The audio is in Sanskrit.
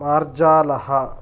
मार्जालः